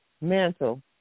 mantle